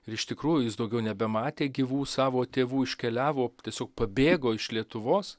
ir iš tikrųjų jis daugiau nebematė gyvų savo tėvų iškeliavo tiesiog pabėgo iš lietuvos